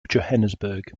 johannesburg